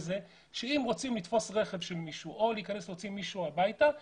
שאם רוצים לתפוס רכב של מישהו או להיכנס לבית של מישהו אז